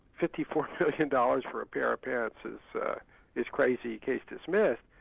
fifty four million dollars for a pair of pants is is crazy. case dismissed.